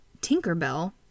Tinkerbell